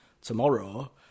Tomorrow